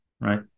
right